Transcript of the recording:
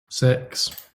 six